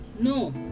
no